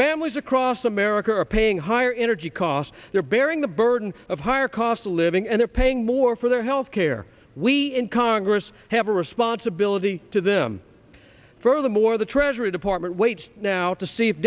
families across america are paying higher energy costs they're bearing the burden of higher cost of living and are paying more for their health care we in congress have a responsibility to them furthermore the treasury department waits now to s